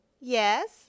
Yes